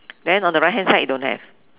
then on the right hand side you don't have